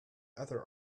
other